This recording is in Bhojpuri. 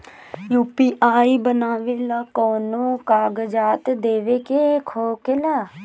यू.पी.आई बनावेला कौनो कागजात देवे के होखेला का?